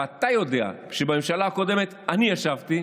ואתה יודע שכשבממשלה הקודמת אני ישבתי